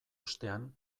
ostean